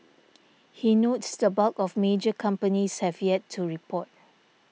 he notes the bulk of major companies have yet to report